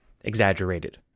exaggerated